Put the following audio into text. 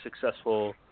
successful